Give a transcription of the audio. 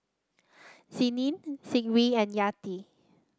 Senin Zikri and Yati